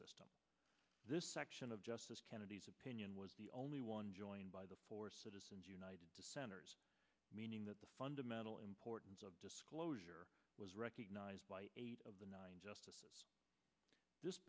system this section of justice kennedy's opinion was the only one joined by the four citizens united dissenters meaning that the fundamental importance of disclosure was recognized by eight of the nine justices this